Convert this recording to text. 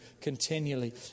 continually